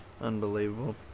Unbelievable